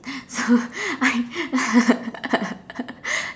so I